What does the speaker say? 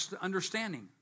understanding